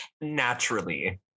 naturally